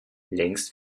längst